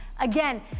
Again